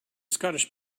scottish